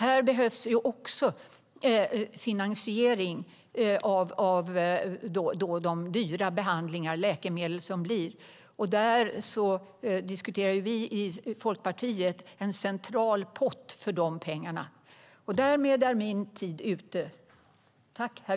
Det behövs finansiering av de dyra behandlingarna och läkemedlen, och vi i Folkpartiet diskuterar därför en central pott för dessa pengar.